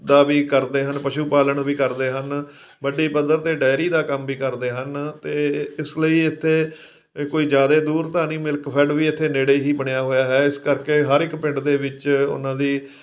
ਦਾ ਵੀ ਕਰਦੇ ਹਨ ਪਸ਼ੂ ਪਾਲਣ ਵੀ ਕਰਦੇ ਹਨ ਵੱਡੇ ਪੱਧਰ 'ਤੇ ਡਾਇਰੀ ਦਾ ਕੰਮ ਵੀ ਕਰਦੇ ਹਨ ਅਤੇ ਇਸ ਲਈ ਇਥੇ ਕੋਈ ਜ਼ਿਆਦਾ ਦੂਰ ਤਾਂ ਨਹੀਂ ਮਿਲਕ ਫੈਡ ਵੀ ਇੱਥੇ ਨੇੜੇ ਹੀ ਬਣਿਆ ਹੋਇਆ ਹੈ ਇਸ ਕਰਕੇ ਹਰ ਇੱਕ ਪਿੰਡ ਦੇ ਵਿੱਚ ਉਹਨਾਂ ਦੀ